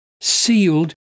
sealed